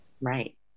Right